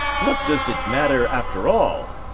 what does it matter, after all?